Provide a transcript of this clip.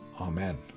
Amen